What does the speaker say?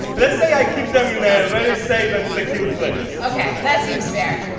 let's say i keep them in a very safe and secure place ok, that seems fair